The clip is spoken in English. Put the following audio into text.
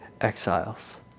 exiles